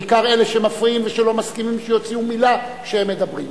בעיקר אלה שמפריעים ושלא מסכימים שיוציאו מלה כשהם מדברים.